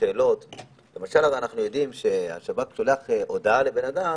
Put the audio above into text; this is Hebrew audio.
שהשב"כ שלח הודעה לאדם,